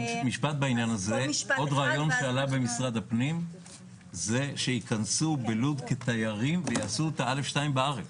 עוד רעיון שעלה במשרד הפנים זה שיכנסו כתיירים ויעשו את הא-2 בארץ